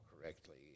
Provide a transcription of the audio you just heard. correctly